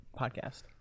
podcast